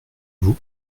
vous